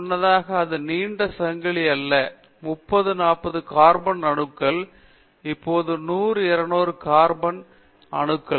முன்னதாக அது நீண்ட சங்கிலி அல்ல 30 40 கார்பன் அணுக்கள் இப்போது 100 200 கார்பன் அணுக்கள்